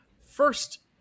first